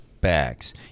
bags